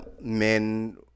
men